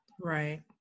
Right